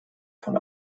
von